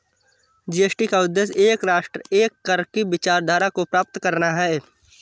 GST का उद्देश्य एक राष्ट्र, एक कर की विचारधारा को प्राप्त करना है